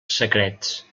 secrets